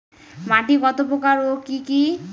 মাটি কতপ্রকার ও কি কী?